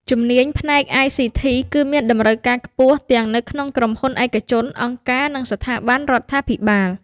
ជំនាញផ្នែក ICT គឺមានតម្រូវការខ្ពស់ទាំងនៅក្នុងក្រុមហ៊ុនឯកជន អង្គការ និងស្ថាប័នរដ្ឋាភិបាល។